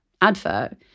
advert